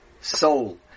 soul